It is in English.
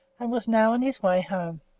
and was now on his way home.